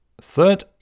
third